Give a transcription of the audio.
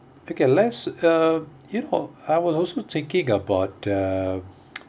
okay let's uh you know I was also thinking about the